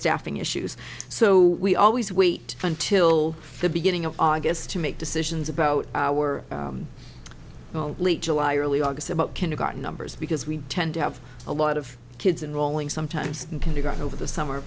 staffing issues so we always wait until the beginning of august to make decisions about our late july early august about kindergarten numbers because we tend to have a lot of kids in rolling sometimes in kindergarten over the summer